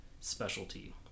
specialty